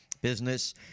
business